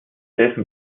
dessen